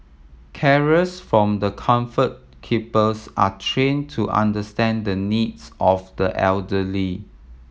carers from the Comfort Keepers are train to understand the needs of the elderly